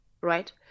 Right